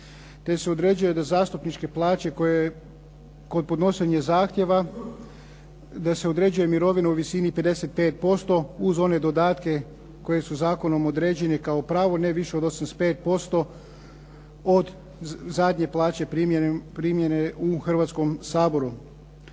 te se određuje da zastupničke plaće koje kod podnošenja zahtjeva da se određuje mirovina u visini 55% uz one dodatke koji su zakonom određenim kao pravo ne više od 85% od zadnje plaće primjene u Hrvatskom saboru.